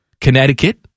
Connecticut